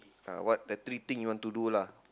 uh what the three thing you want to do lah